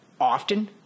often